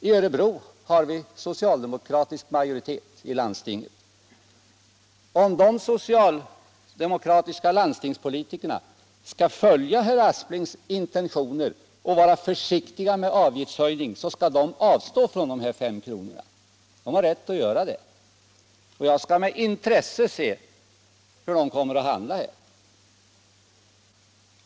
I Örebro län har vi socialdemokratisk majoritet i landstinget. Om de socialdemokratiska landstingspolitikerna skall följa herr Asplings intentioner och vara försiktiga med avgiftshöjning, bör de avstå från de här 5 kronorna; de har rätt att göra det. Jag skall med intresse se hur de kommer att handla.